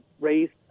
raised